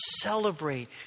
celebrate